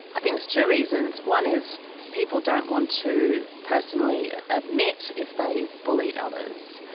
think there's two reasons. one is people don't want to personally admit if they've bullied others,